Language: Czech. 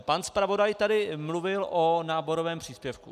Pan zpravodaj tady mluvil o náborovém příspěvku.